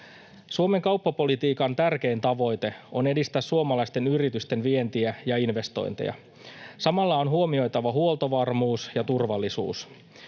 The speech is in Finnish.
Suomen kauppapolitiikan tärkein tavoite on edistää suomalaisten yritysten vientiä ja investointeja. Samalla on huomioitava huoltovarmuus ja turvallisuus.